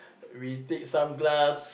we take some glass